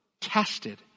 tested